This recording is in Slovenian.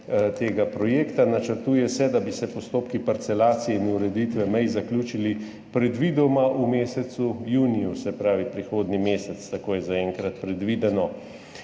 tega projekta. Načrtuje se, da bi se postopki parcelacije in ureditve mej zaključili predvidoma v mesecu juniju, se pravi prihodnji mesec. Tako je zaenkrat predvideno.